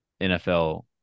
NFL